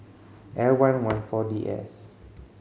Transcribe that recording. L one one Four D S